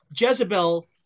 Jezebel